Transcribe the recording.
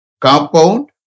Compound